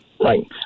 Right